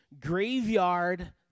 Graveyard